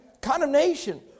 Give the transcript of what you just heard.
condemnation